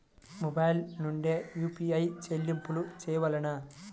Mobile నుండే UPI చెల్లింపులు చేయవలెనా?